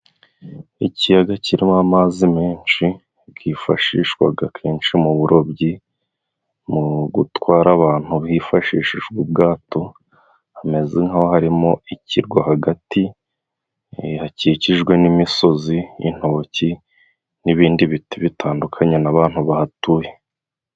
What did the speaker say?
Ikiyaga kirimo amazi menshi cifashishwaga kenshi mu burobyi, mu gutwara abantu bifashishijwe ubwato. Hameze nk'aho harimo ikirwa hagati. hakikijwe n'imisozi, intoki n'ibindi biti bitandukanye n'abantu bahatuye.